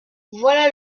voilà